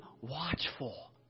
watchful